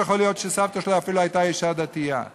יכול להיות שסבתא שלו אפילו הייתה אישה דתייה,